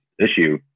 issue